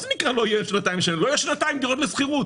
לא יהיה שנתיים דירות לשכירות,